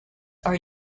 are